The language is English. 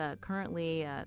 currently